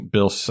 Bill